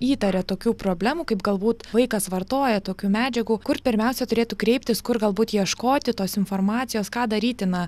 įtaria tokių problemų kaip galbūt vaikas vartoja tokių medžiagų kur pirmiausia turėtų kreiptis kur galbūt ieškoti tos informacijos ką daryti na